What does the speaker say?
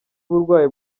uburwayi